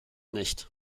nicht